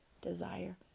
desire